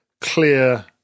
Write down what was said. clear